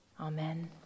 Amen